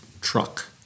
truck